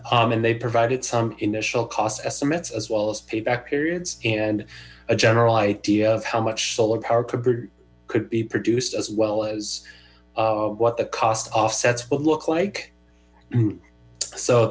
and they provided some initial cost estimates as well as payback periods and a general idea of how much solar power could be produced as well as what the cost offsets would look like so